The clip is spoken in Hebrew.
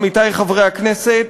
עמיתי חברי הכנסת,